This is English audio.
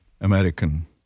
American